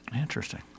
Interesting